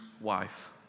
wife